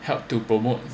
help to promote